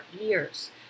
years